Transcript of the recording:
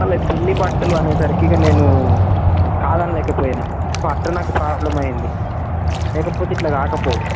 వాళ్ళవి పెళ్ళి బట్టలు అనేసరికి ఇక నేను కాదనలేకపోయాను సో అలా నాకు ప్రాబ్లెమ్ అయ్యింది లేకపోతే ఇలా కాకపోదును